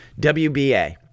WBA